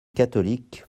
catholiques